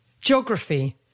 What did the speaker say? Geography